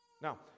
Now